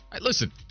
Listen